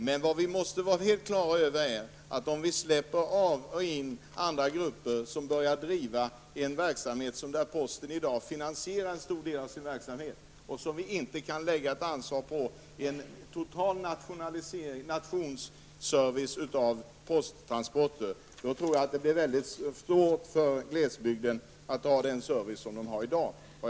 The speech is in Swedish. Men vad vi måste vara helt klara över är att om vi släpper in andra företag där Posten i dag finansierar en del av sin verksamhet -- företag som inte har ansvar för en total nationstäckande service i fråga om posttransporten -- så tror jag att det blir mycket svårt för glesbygden att få den service som man har i dag.